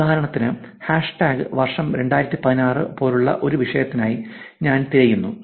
ഉദാഹരണത്തിന് hashtag വർഷം 2016 പോലുള്ള ഒരു വിഷയത്തിനായി ഞാൻ തിരയുന്നു